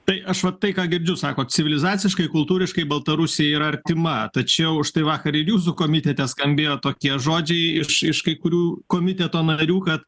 tai aš va tai ką girdžiu sakot civilizaciškai kultūriškai baltarusija yra artima tačiau štai vakar ir jūsų komitete skambėjo tokie žodžiai iš iš kai kurių komiteto narių kad